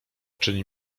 czyni